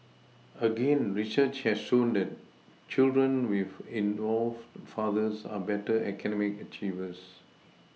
again research has shown that children with involved fathers are better academic achievers